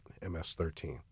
MS-13